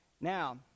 Now